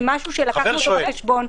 זה דבר שלקחנו אותו בחשבון.